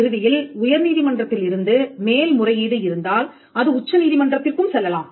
இறுதியில் உயர் நீதிமன்றத்திலிருந்து மேல் முறையீடு இருந்தால் அது உச்ச நீதிமன்றத்திற்கும் செல்லலாம்